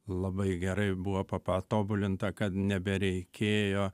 labai gerai buvo patobulinta kad nebereikėjo